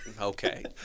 Okay